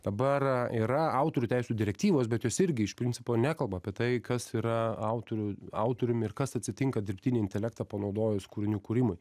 dabar yra autorių teisių direktyvos bet jos irgi iš principo nekalba apie tai kas yra autorių autorium ir kas atsitinka dirbtinį intelektą panaudojus kūrinių kūrimui